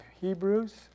Hebrews